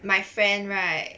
my friend right